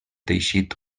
teixit